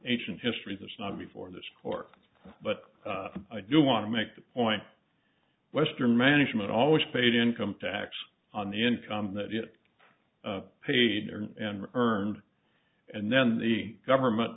ancient history that's not before this court but i do want to make the point western management always paid income tax on the income that it paid and earned and then the government